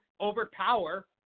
overpower